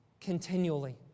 continually